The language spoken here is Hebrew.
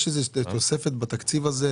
יש איזו תוספת בתקציב הזה?